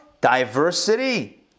diversity